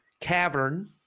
Cavern